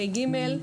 תשפ״ג,